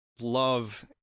Love